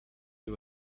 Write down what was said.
you